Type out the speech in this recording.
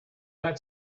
that